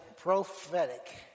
Prophetic